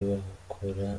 bakora